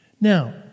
Now